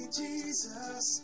jesus